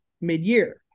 mid-year